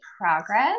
progress